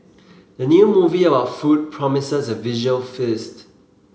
the new movie about food promises a visual feast